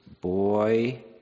boy